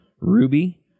Ruby